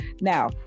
Now